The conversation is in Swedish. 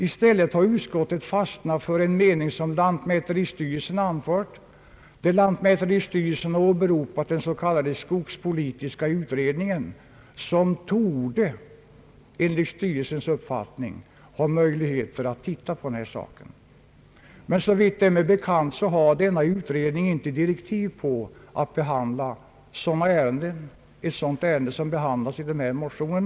I stället har utskottet fastnat för en mening som lantmäteristyrelsen har anfört, där lantmäteristyrelsen har åberopat den s.k. skogspolitiska utredningen, som enligt lantmäteristyrelsens uppfattning »torde» ha möjlighet att se på denna sak. Såvitt det är mig bekant har emellertid denna utredning inte direktiv att behandla ett sådant ärende som det gäller i dessa motioner.